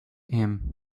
him